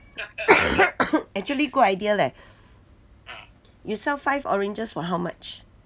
actually good idea leh you sell five oranges for how much